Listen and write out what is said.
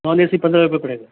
non A C पंद्रह रुपये पड़ेगा